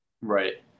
right